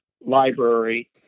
Library